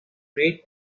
treat